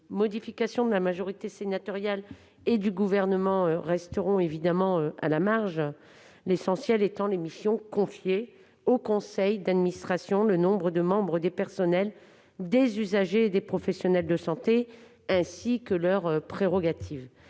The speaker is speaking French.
modification de la majorité sénatoriale et du Gouvernement resteront à la marge. Les questions essentielles sont les missions confiées au conseil d'administration, le nombre de représentants des personnels, des usagers et des professionnels de santé, ainsi que leurs prérogatives.